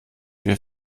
wir